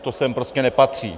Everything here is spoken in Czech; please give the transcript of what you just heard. To sem prostě nepatří.